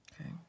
Okay